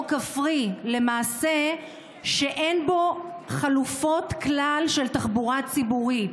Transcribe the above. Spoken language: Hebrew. כפרי שאין בו כלל חלופות של תחבורה ציבורית.